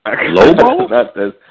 Lobo